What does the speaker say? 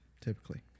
typically